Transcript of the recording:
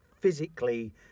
Physically